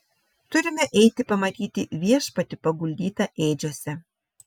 turime eiti pamatyti viešpatį paguldytą ėdžiose